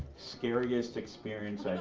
scariest experiences